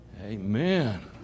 Amen